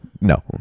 no